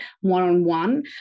one-on-one